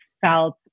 felt